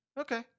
Okay